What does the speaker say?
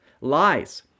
lies